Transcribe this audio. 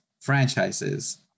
franchises